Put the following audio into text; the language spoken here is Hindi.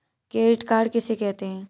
क्रेडिट कार्ड किसे कहते हैं?